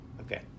Okay